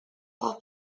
also